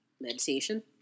Meditation